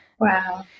Wow